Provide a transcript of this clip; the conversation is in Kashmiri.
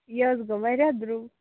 یہِ حظ گوٚو واریاہ درٛوگ